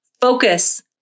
focus